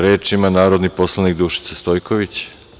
Reč ima narodni poslanik Dušica Stojković.